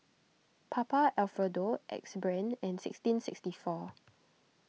Papa Alfredo Axe Brand and sixteen sixty four